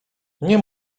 nie